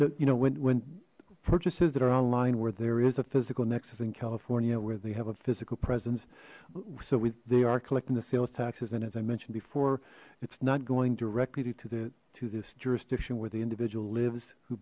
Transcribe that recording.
that you know when purchases that are online where there is a physical nexus in california where they have a physical presence so we they are collecting the sales taxes and as i mentioned before it's not going directly to to the to this jurisdiction where the individual lives who